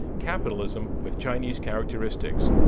capitalism with chinese characteristics.